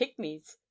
pygmies